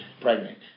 pregnant